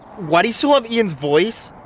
why do you still have ian's voice?